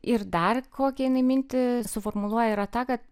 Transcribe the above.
ir dar kokią jinai mintį suformuluoja yra ta kad